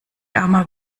armer